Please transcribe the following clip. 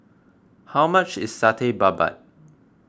how much is Satay Babat